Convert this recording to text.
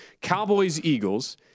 Cowboys-Eagles